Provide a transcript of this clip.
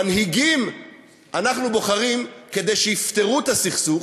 מנהיגים אנחנו בוחרים כדי שיפתרו את הסכסוך